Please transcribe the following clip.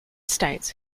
states